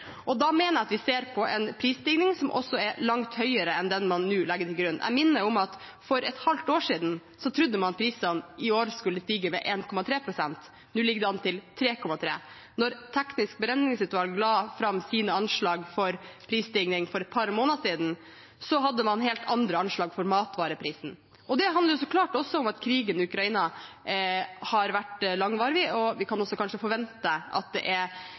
Da mener jeg at vi ser på en prisstigning som er langt høyere enn den man nå legger til grunn. Jeg minner om at for et halvt år siden trodde man at prisene i år skulle stige med 1,3 pst. Nå ligger det an til 3,3 pst. Når det tekniske beregningsutvalget la fram sine anslag for prisstigning for et par måneder siden, hadde man helt andre anslag for matvareprisen. Det handler så klart også om at krigen i Ukraina har vært langvarig, og vi kan også kanskje forvente at det er